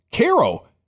Caro